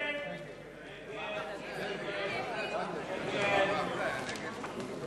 ההצעה להסיר מסדר-היום את